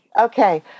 Okay